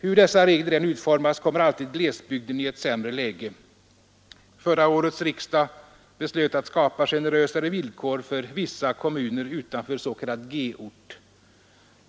Hur dessa än utformas kommer alltid glesbygden i ett sämre läge. Förra årets riksdag beslöt att skapa generösare villkor för vissa kommuner utanför s.k. g-ort.